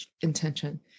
intention